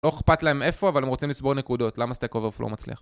לא אכפת להם איפה אבל הם רוצים לצבור נקודות למה stack overflow מצליח